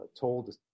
told